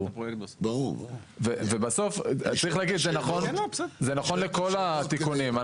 וצריך להגיד שזה נכון לכל התיקונים.